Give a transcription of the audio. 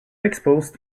exposed